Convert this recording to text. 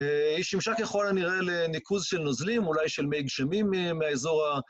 היא שימשה ככל הנראה לניקוז של נוזלים, אולי של מי גשמים מהאזור ה...